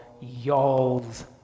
y'all's